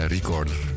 Recorder